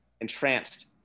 entranced